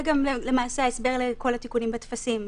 זה גם ההסבר לכל התיקונים בטפסים,